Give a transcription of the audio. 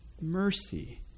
Mercy